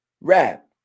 rap